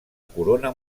corona